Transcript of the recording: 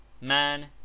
Man